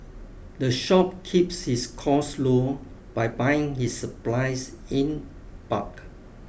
the shop keeps its costs low by buying its supplies in bulk